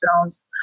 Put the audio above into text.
films